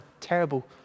terrible